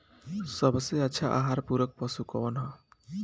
सबसे अच्छा आहार पूरक पशु कौन ह?